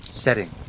setting